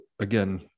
again